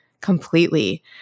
completely